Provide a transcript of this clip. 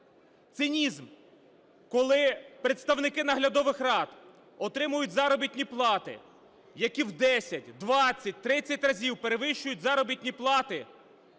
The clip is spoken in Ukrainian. Цинізм, коли представники наглядових рад отримують заробітні плати, які в 10, 20, 30 разів перевищують заробітна плати